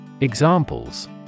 Examples